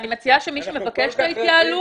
אני מציעה שמי שמבקש את ההתייעלות,